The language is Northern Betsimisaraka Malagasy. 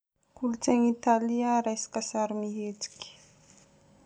Kolontsain'i Italia resaka sarimihetsika.